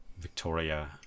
Victoria